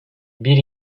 bir